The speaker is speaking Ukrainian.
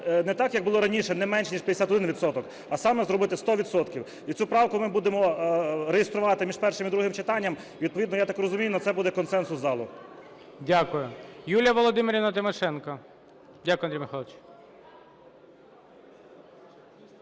Не так, як було раніше, не менше ніж 51 відсоток, а саме зробити 100 відсотків. І цю правку ми будемо реєструвати між першим і другим читанням. Відповідно, я так розумію, на це буде консенсус залу. ГОЛОВУЮЧИЙ. Дякую. Юлія Володимирівна Тимошенко. Дякую, Андрію Михайловичу.